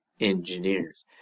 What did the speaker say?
engineers